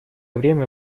время